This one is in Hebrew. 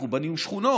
אנחנו בונים שכונות,